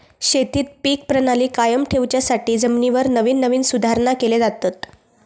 शेतीत पीक प्रणाली कायम ठेवच्यासाठी जमिनीवर नवीन नवीन सुधारणा केले जातत